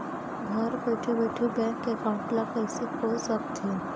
घर बइठे बइठे बैंक एकाउंट ल कइसे खोल सकथे?